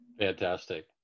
Fantastic